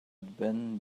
been